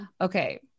Okay